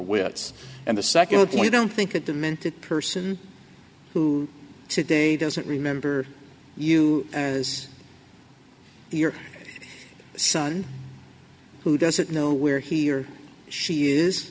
wits and the second point don't think a demented person who today doesn't remember you as your son who doesn't know where he or she is